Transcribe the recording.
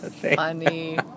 funny